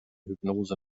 hypnose